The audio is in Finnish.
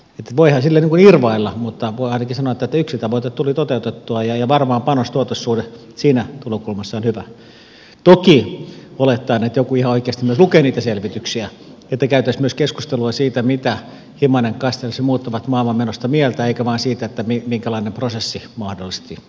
voihan sille irvailla mutta voi ainakin sanoa että yksi tavoite tuli toteutettua ja varmaan panostuotos suhde siinä tulokulmassa on hyvä toki olettaen että joku ihan oikeasti myös lukee niitä selvityksiä niin että käytäisiin myös keskustelua siitä mitä himanen castells ja muut ovat maailman menosta mieltä eikä vain siitä minkälainen prosessi mahdollisesti on ollut